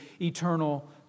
eternal